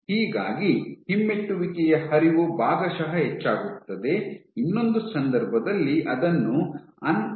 ಹೀಗಾಗಿ ಹಿಮ್ಮೆಟ್ಟುವಿಕೆಯ ಹರಿವು ಭಾಗಶಃ ಹೆಚ್ಚಾಗುತ್ತದೆ ಇನ್ನೊಂದು ಸಂದರ್ಭದಲ್ಲಿ ಅದನ್ನು ಅಂಕಪಲ್ಡ್ ಆಗಿರುತ್ತದೆ